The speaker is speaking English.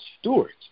stewards